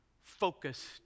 focused